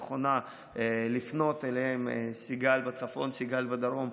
כתובת נכונה לפנות: סיגל בצפון, סיגל בדרום.